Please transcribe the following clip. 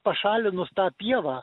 pašalinus tą pievą